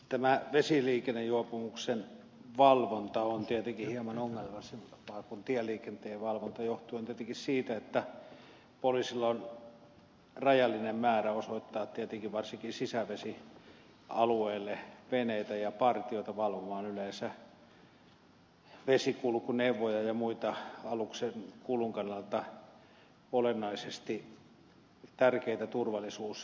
tämä vesiliikennejuopumuksen valvonta on tietenkin hieman ongelmallisempaa kuin tieliikenteen valvonta johtuen tietenkin siitä että poliisilla on rajallinen määrä osoittaa varsinkin sisävesialueille veneitä ja partioita valvomaan yleensä vesikulkuneuvoja ja muita aluksen kulun kannalta olennaisesti tärkeitä turvallisuusasioita